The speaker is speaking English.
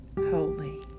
Holy